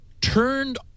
turned